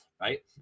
right